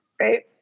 right